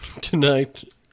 tonight